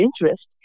interest